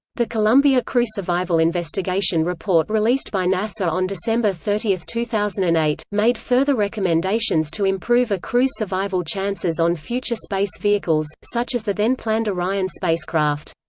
the columbia crew survival investigation report released by nasa on december thirty, two thousand and eight, made further recommendations to improve a crew's survival chances on future space vehicles, such as the then planned orion spacecraft.